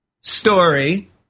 story